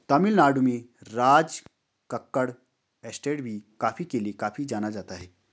तमिल नाडु में राजकक्कड़ एस्टेट भी कॉफी के लिए काफी जाना जाता है